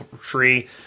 tree